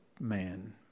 man